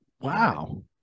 wow